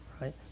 right